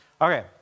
Okay